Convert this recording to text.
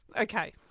okay